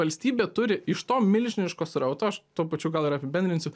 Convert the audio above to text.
valstybė turi iš to milžiniško srauto aš tuo pačiu gal ir apibendrinsiu